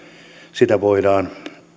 sitä voidaan